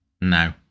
No